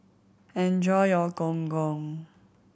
enjoy your Gong Gong